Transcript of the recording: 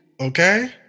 Okay